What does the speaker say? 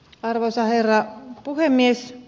arvoisa herra puhemies